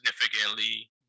significantly